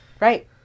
right